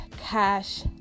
cash